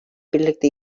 birlikte